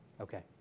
Okay